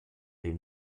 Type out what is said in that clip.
den